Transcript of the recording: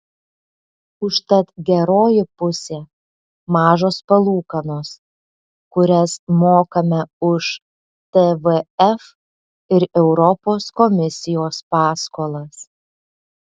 užtat geroji pusė mažos palūkanos kurias mokame už tvf ir europos komisijos paskolas